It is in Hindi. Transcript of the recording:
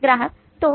ग्राहक तो